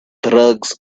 drugs